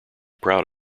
proud